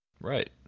Right